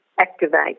activate